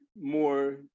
more